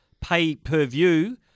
pay-per-view